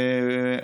תודה.